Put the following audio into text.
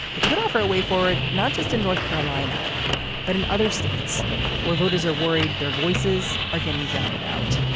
it could offer a way forward not just in north carolina but in other states where voters are worried their voices are getting drowned out.